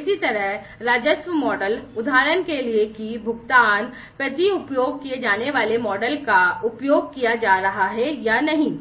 इसी तरह राजस्व मॉडल उदाहरण के लिए कि भुगतान प्रति उपयोग किए जाने वाले मॉडल का उपयोग किया जा रहा है या नहीं